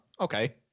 okay